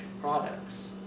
products